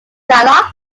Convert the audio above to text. dialog